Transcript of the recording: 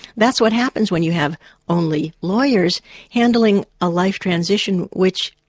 that's what happens when you have only lawyers handling a life transition which.